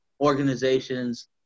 organizations